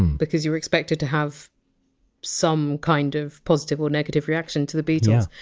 because you're expected to have some kind of positive or negative reaction to the beatles.